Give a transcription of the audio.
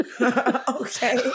Okay